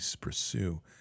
pursue